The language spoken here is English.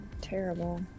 terrible